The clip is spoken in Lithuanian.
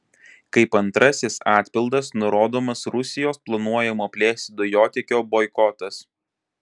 kaip antrasis atpildas nurodomas rusijos planuojamo plėsti dujotiekio boikotas